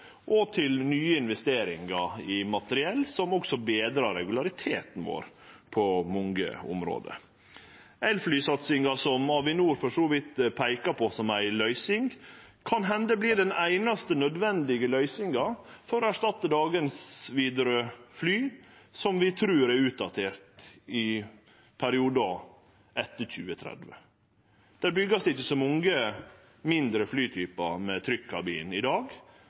utslepp, og nye investeringar i materiell, som også betrar regulariteten vår på mange område. Elflysatsinga, som Avinor for så vidt peikar på som ei løysing, vert kan hende den einaste nødvendige løysinga for å erstatte dagens Widerøe-fly, som vi trur er utdaterte i perioden etter 2030. Det vert ikkje bygt så mange mindre flytypar med trykkabin i dag.